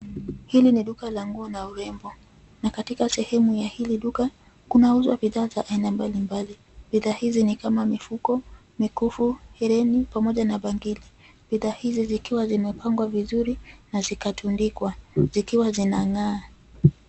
Hili ni duka la nguo na urembo, na katika sehemu la hili duka kunauzwa bidhaa za aina mbalimbali, bidhaa hizi ni kama; mfuko, mikufu, herini pamoja na bangili, bithaa hizi vikiwa vipengwa vizuri na vikatandikwa vikiwa vinang'aa.